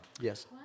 Yes